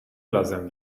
لازم